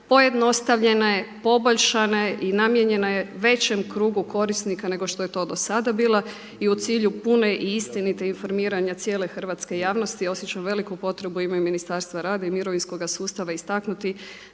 pojednostavljena je, poboljšana je i namijenjena je većem krugu korisnika nego što je to do sada bila i u cilju pune i istinite informiranja cijele Hrvatske javnosti i osjećam veliku potrebu u ime Ministarstva rada i mirovinskog sustava istaknuti